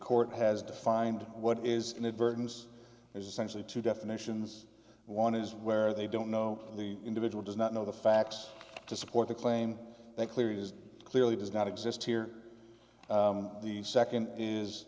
court has defined what is inadvertence is essentially two definitions one is where they don't know the individual does not know the facts to support the claim that clear is clearly does not exist here the second is